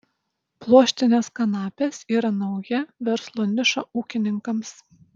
pluoštinės kanapės yra nauja verslo niša ūkininkams